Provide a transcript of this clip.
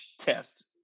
test